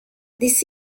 this